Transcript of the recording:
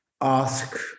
ask